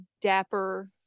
dapper